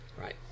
Right